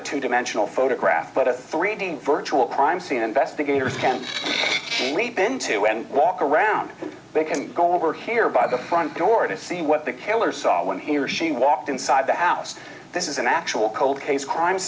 a two dimensional photograph but a three d virtual crime scene investigators can leap into and walk around and they can go over here by the front door to see what the killer saw when he or she walked inside the house this is an actual cold case crime